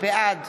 בעד